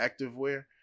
activewear